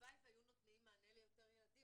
הלוואי שהיו נותנים מענה ליותר ילדים,